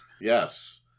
Yes